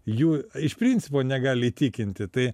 jų iš principo negali įtikinti tai